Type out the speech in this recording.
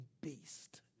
beast